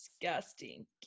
disgusting